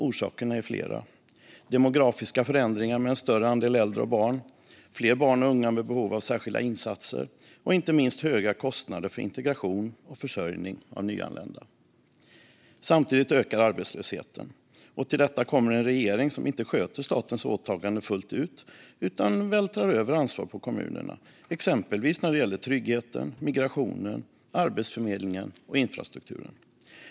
Orsakerna är flera: demografiska förändringar med en större andel äldre och barn, fler barn och unga med behov av särskilda insatser och inte minst höga kostnader för integration och försörjning av nyanlända. Samtidigt ökar arbetslösheten. Till detta kommer en regering som inte sköter statens åtaganden fullt ut utan vältrar över ansvar på kommunerna, exempelvis när det gäller trygghet, migration, arbetsförmedling och infrastruktur.